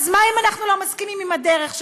אז מה אם אנחנו לא מסכימים עם הדרך שלהן?